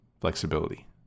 flexibility